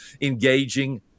engaging